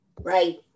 Right